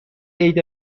عید